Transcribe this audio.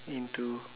into